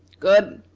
good!